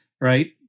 right